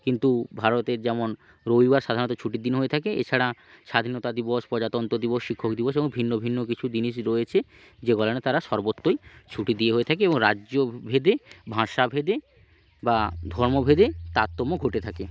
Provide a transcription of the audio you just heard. কিন্তু ভারতের যেমন রবিবার সাধারণত ছুটির দিন হয়ে থাকে এছাড়া স্বাধীনতা দিবস প্রজাতন্ত্র দিবস শিক্ষক দিবস এবং ভিন্ন ভিন্ন কিছু জিনিস রয়েছে যে কারণে তারা সর্বত্রই ছুটি দিয়েও থাকে এবং রাজ্য ভেদে ভাষা ভেদে বা ধর্ম ভেদে তারতম্য ঘটে থাকে